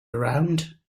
around